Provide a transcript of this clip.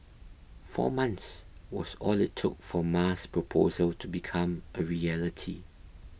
four months was all it took for Ma's proposal to become a reality